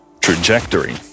trajectory